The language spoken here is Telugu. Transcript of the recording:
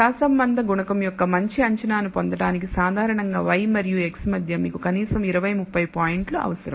సహసంబంధం గుణకం యొక్క మంచి అంచనాను పొందడానికి సాధారణంగా y మరియు x మధ్య మీకు కనీసం 20 30 పాయింట్లు అవసరం